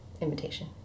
invitation